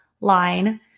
line